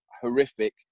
horrific